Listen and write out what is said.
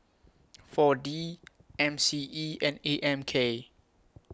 four D M C E and A M K